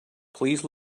please